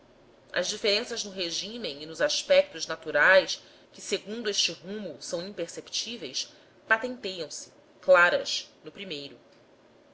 as diferenças no regime e nos aspectos naturais que segundo este rumo são imperceptíveis patenteiam se claras no primeiro